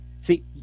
See